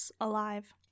alive